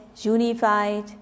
unified